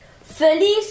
Feliz